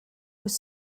was